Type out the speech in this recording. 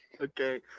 okay